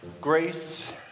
Grace